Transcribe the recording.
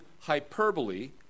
hyperbole